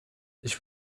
ich